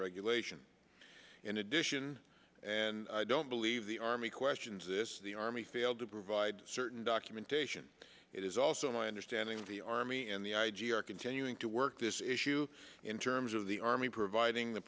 regulation in addition and i don't believe the army questions this the army failed to provide certain documentation it is also my understanding the army and the i g are continuing to work this issue in terms of the army providing the